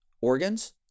organs